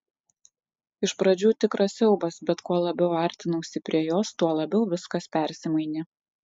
iš pradžių tikras siaubas bet kuo labiau artinausi prie jos tuo labiau viskas persimainė